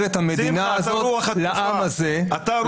את המדינה הזאת לעם הזה -- אתה רוח התקופה.